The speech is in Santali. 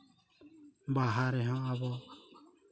ᱵᱟᱦᱟ ᱨᱮᱦᱚᱸ ᱟᱵᱚ